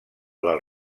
del